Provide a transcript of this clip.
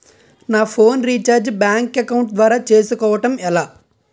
నా phone recharge bank account ద్వారా చేసుకోవటం ఎలా?